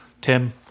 Tim